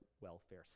welfare